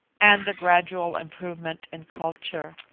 and the gradual improvement in culture.